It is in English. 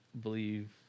believe